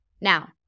Now